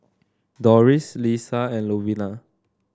Doris Lissa and Louella